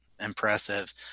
impressive